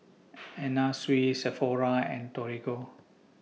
Anna Sui Sephora and Torigo